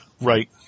Right